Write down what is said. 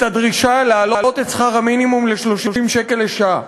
הדרישה להעלות את שכר המינימום ל-30 שקל לשעה.